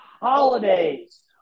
holidays